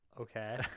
Okay